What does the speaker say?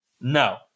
No